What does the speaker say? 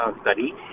study